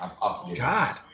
God